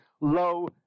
low